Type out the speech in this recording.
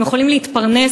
הם יכולים להתפרנס.